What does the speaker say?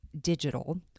digital